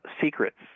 secrets